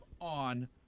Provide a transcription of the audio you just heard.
on